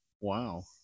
Wow